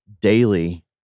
Daily